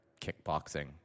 kickboxing